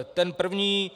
Ten první.